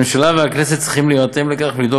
הממשלה והכנסת צריכות להירתם לכך ולדאוג